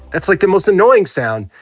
that's like the most annoying sound.